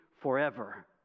forever